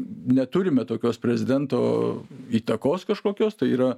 neturime tokios prezidento įtakos kažkokios tai yra